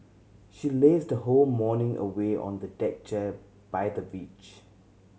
she lazed the whole morning away on the deck chair by the beach